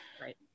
Right